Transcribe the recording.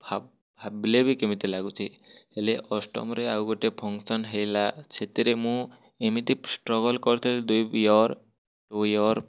ଭାବ ଭାବିଲେ ବି କେମିତି ଲାଗୁଛି ହେଲେ ଅଷ୍ଟମରେ ଆଉ ଗୋଟେ ଫଙ୍କସନ୍ ହେଲା ସେଥିରେ ମୁଁ ଏମିତି ଷ୍ଟ୍ରଗଲ୍ କରିଥିଲି ଦୁଇ ୟିଅର୍ ଟୁ ୟିଅର୍